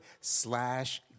slash